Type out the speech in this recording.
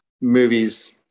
movies